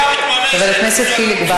חבר הכנסת חיליק בר,